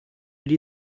lie